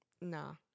No